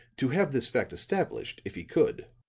to have this fact established, if he could,